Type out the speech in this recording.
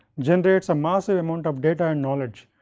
generates a massive amount of data and knowledge,